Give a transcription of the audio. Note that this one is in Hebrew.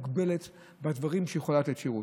מוגבלת בדברים שהיא יכולה לתת להם שירות.